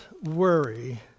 worry